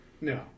No